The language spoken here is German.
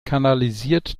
kanalisiert